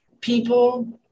people